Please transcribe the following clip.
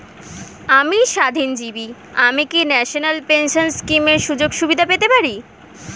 আমি স্বাধীনজীবী আমি কি ন্যাশনাল পেনশন স্কিমের সুযোগ সুবিধা পেতে পারি?